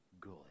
good